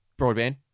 broadband